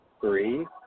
three